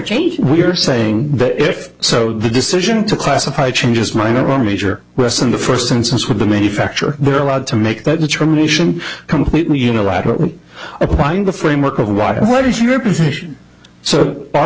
change we are saying that if so the decision to classify changes minor or major west in the first instance where the manufacture were allowed to make that determination completely unilaterally applying the framework of why what is your position so our